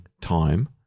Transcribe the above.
time